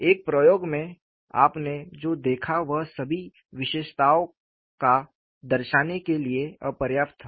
एक प्रयोग में आपने जो देखा वह सभी विशेषताओं का को दर्शाने के लिए अपर्याप्त था